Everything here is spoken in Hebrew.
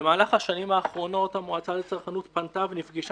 במהלך השנים האחרונות המועצה לצרכנות פנתה ונפגשה